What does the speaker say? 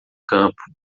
campo